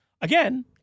again